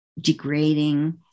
degrading